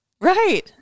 Right